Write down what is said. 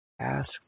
Ask